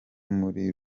muri